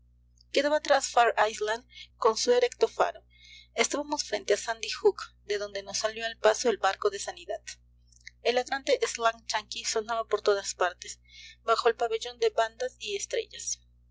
quedaba atrás fire island con su erecto faro estábamos frente a sandy hook de donde nos salió al paso el barco de sanidad el ladrante slang yanqui sonaba por todas partes bajo el pabellón de bandas y estrellas